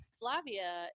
Flavia